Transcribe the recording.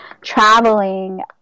traveling